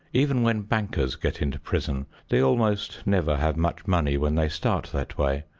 even when bankers get into prison they almost never have much money when they start that way,